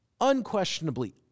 unquestionably